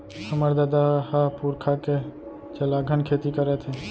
हमर ददा ह पुरखा के चलाघन खेती करत हे